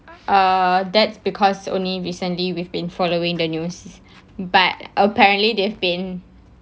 uh that's because only recently we've been following the news but apparently they've been